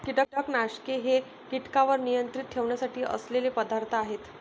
कीटकनाशके हे कीटकांवर नियंत्रण ठेवण्यासाठी असलेले पदार्थ आहेत